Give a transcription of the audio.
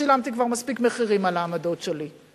שילמתי כבר מספיק מחירים על העמדות שלי.